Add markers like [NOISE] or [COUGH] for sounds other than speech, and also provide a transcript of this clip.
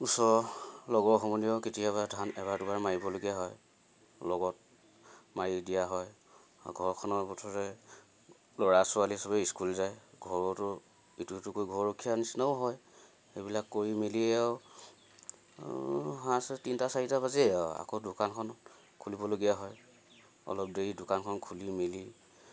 ওচৰ লগৰ সম্বন্ধিয়াৰ কেতিয়াবা ধান এবাৰ দুবাৰ মাৰিবলগীয়া হয় লগত মাৰি দিয়া হয় ঘৰখনৰ বছৰে ল'ৰা ছোৱালী চবেই স্কুল যায় ঘৰতো ইটো এইটো কৈ ঘৰ ৰখীয়া নিচিনাও হয় সেইবিলাক কৰি মেলিয়ে আৰু [UNINTELLIGIBLE] তিনটা চাৰিটা বাজেই আৰু আকৌ দোকানখন খুলিবলগীয়া হয় অলপ দেৰি দোকানখন খুলি মেলি